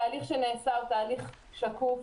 התהליך שנעשה הוא תהליך שקוף.